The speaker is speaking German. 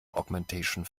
augmentation